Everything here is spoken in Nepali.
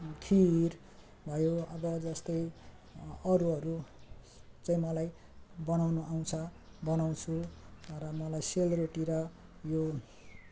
खिर भयो अब जस्तै अरूहरू चाहिँ मलाई बनाउनु आउँछ बनाउँछु र मलाई सेलरोटी र यो